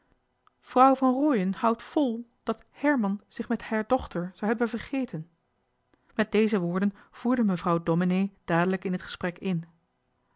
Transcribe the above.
vrouw van rooien houdt vol dat herman zich met haar dochter zou hebben vergeten met deze woorden voerde mevrouw domenee dadelijk in het gesprek in